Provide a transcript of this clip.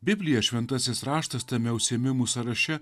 biblija šventasis raštas tame užsiėmimų sąraše